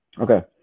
okay